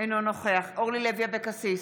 אינו נוכח אורלי לוי אבקסיס,